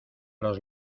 los